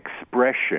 expression